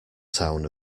town